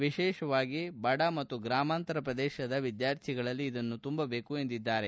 ವಿಶೇಷವಾಗಿ ಬಡ ಮತ್ತು ಗ್ರಾಮಾಂತರ ಪ್ರದೇಶದ ವಿದ್ಕಾರ್ಥಿಗಳಲ್ಲಿ ಇದನ್ನು ತುಂಬಬೇಕು ಎಂದಿದ್ದಾರೆ